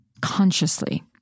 consciously